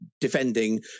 defending